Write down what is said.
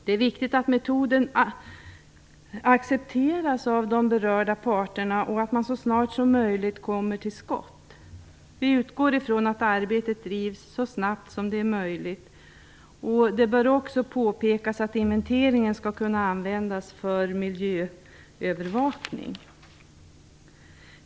Det är viktigt att metoderna accepteras av de berörda parterna och att man så snart som möjligt kommer till skott. Vi utgår från att arbetet bedrivs så snabbt som möjligt. Det bör också påpekas att inventeringen skall kunna användas för miljöövervakning.